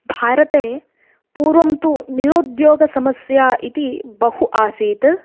भारते पूर्वं तु निरुद्योगसमस्या इति बहु आसीत्